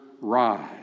rise